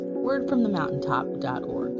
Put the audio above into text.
wordfromthemountaintop.org